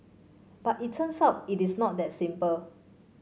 but it turns out it is not that simple